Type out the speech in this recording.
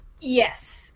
Yes